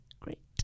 Great